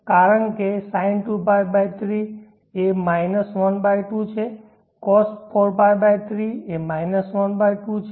કારણ કે sin2π3 is 12 cos4π 3 is 12 છે